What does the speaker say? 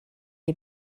est